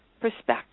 perspective